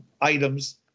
items